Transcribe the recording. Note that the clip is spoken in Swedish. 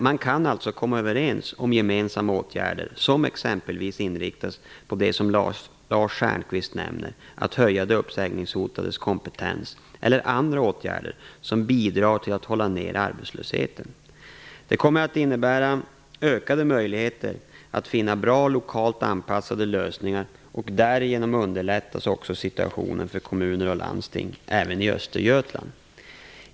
Man kan alltså komma överens om gemensamma åtgärder som exempelvis inriktas på det som Lars Stjernkvist nämner, att höja de uppsägningshotades kompetens, eller andra åtgärder som bidrar till att hålla ner arbetslösheten. Det kommer att innebära ökade möjligheter att finna bra lokalt anpassade lösningar, och därigenom underlättas också situationen för kommuner och landsting, även i Östergötland.